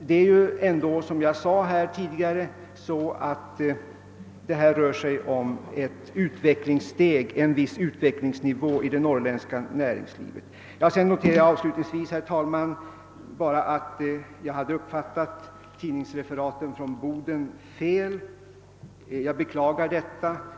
Detta vore befogat med hänsyn till utvecklingsnivån i en stor del av det norrländska näringslivet. Sedan noterar jag avslutningsvis, herr talman, bara att jag hade uppfattat tidningsreferaten av kommunikationsministerns tal i Boden fel. Jag beklagar detta.